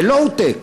זה לואו-טק,